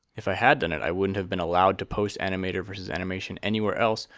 if i had done it, i wouldn't have been allowed to post animator vs. animation anywhere else,